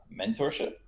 mentorship